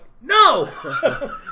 no